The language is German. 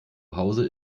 hause